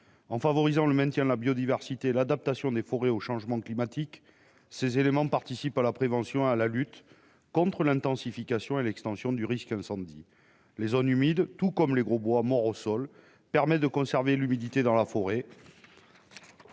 En favorisant le maintien de la biodiversité, l'adaptation des forêts au changement climatique. Ces éléments participent à la prévention à la lutte contre l'intensification et l'extension du risque incendie. Les zones humides, tout comme les gros bois morts au sol permet de conserver l'humidité dans la forêt.